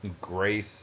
Grace